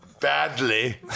Badly